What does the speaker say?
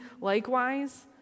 likewise